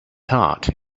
tart